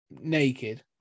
naked